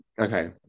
okay